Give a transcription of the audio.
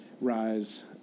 rise